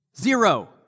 Zero